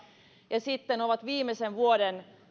ja sitten ovat viimeisen vuoden